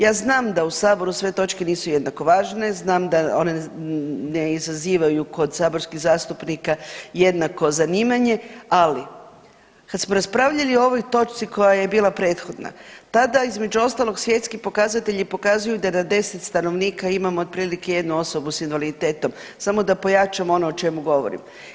Ja znam da u Saboru sve točke nisu jednako važne, znam da one ne izazivaju kod saborskih zastupnika jednako zanimanje, ali kad smo raspravljali o ovoj točci koja je bila prethodna, tada između ostalog, svjetski pokazatelji pokazuju da na 10 stanovnika imamo otprilike jednu osobu s invaliditetom, samom da pojačam ono o čemu govorim.